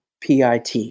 PIT